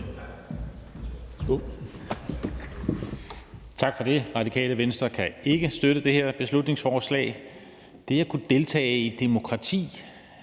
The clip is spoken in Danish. Tak for det. Radikale Venstre kan ikke støtte det her beslutningsforslag. Det at kunne deltage i et demokrati